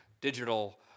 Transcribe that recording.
digital